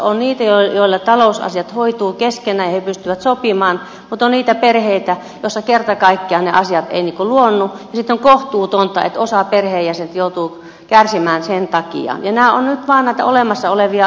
on niitä joissa talousasiat hoituvat keskenään ja he pystyvät sopimaan mutta on niitä perheitä joissa kerta kaikkiaan ne asiat eivät luonnu ja sitten on kohtuutonta että osa perheenjäsenistä joutuu kärsimään sen takia ja nämä ovat nyt vaan näitä olemassa olevia asioita